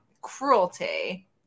cruelty